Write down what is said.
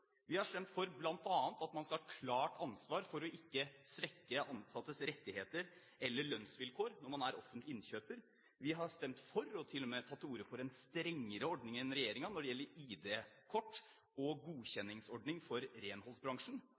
Vi har bl.a. stemt for at man skal ha et klart ansvar for ikke å svekke ansattes rettigheter eller lønnsvilkår når man er offentlig innkjøper. Vi har stemt for – og til og med tatt til orde for – en strengere ordning enn regjeringen når det gjelder ID-kort og en godkjenningsordning for renholdsbransjen.